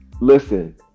Listen